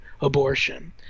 abortion